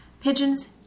Pigeons